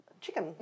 Chicken